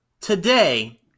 today